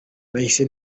nahise